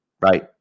Right